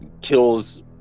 kills